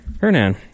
Hernan